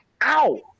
Ow